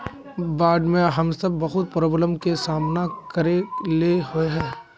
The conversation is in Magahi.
बाढ में हम सब बहुत प्रॉब्लम के सामना करे ले होय है?